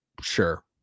Sure